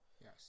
Yes